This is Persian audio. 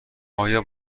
آیا